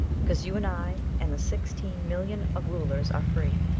because you and i and the sixteen millions of rulers are free.